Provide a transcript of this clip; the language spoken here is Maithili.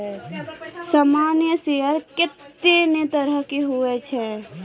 सामान्य शेयर कत्ते ने तरह के हुवै छै